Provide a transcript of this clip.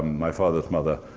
my father's mother,